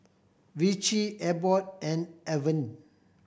Vichy Abbott and Avene